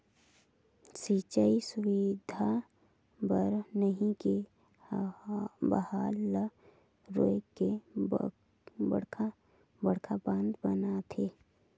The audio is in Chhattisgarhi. सिंचई सुबिधा बर नही के बहाल ल रोयक के बड़खा बड़खा बांध बनाथे